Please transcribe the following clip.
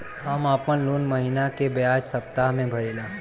हम आपन लोन महिना के बजाय सप्ताह में भरीला